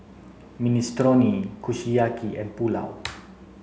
Minestrone Kushiyaki and Pulao